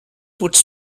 puts